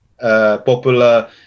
popular